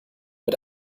mit